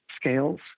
scales